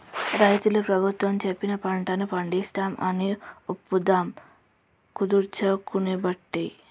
రైతులు ప్రభుత్వం చెప్పిన పంటలను పండిస్తాం అని ఒప్పందం కుదుర్చుకునబట్టే